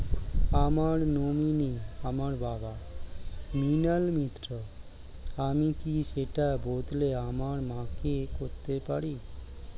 আমার নমিনি আমার বাবা, মৃণাল মিত্র, আমি কি সেটা বদলে আমার মা কে করতে পারি?